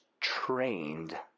trained